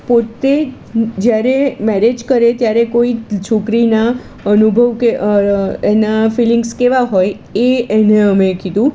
પોતે જ્યારે મેરેજ કરે ત્યારે કોઈ છોકરીના અનુભવ કે એના ફિલિંગ્સ કેવા હોય એ એને અમે કીધું